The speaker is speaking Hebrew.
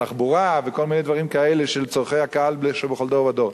תחבורה וכל מיני דברים כאלה של צורכי הקהל שבכל דור ודור.